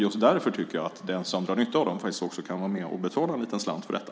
Just därför tycker jag att de som drar nytta av dem faktiskt också kan vara med och betala en liten slant för detta.